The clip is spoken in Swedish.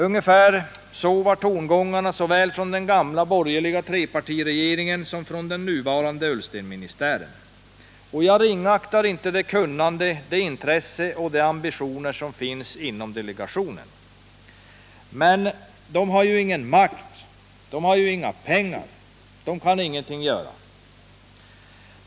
— Ungefär så var tongångarna såväl från den gamla borgerliga trepartiregeringen som från den nuvarande Ullstenministären. Jag ringaktar inte alls det kunnande, det intresse och de ambitioner som finns inom delegationen. Men den har ju ingen makt. Den har inga pengar. Den kan ingenting göra.